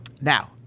Now